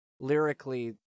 lyrically